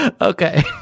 okay